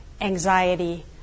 anxiety